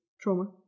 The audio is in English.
trauma